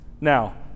Now